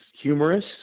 humorous